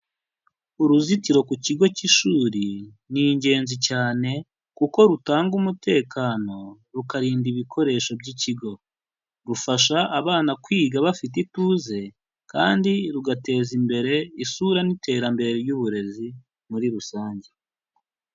Uruzitiro ku kigo cy'ishuri ni ingenzi cyane kuko rutanga umutekano rukarinda ibikoresho by'ikigo, rufasha abana kwiga bafite ituze kandi rugateza imbere isura n'iterambere ry'uburezi muri rusange.